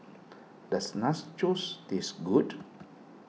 does Nachos taste good